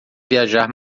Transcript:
viajar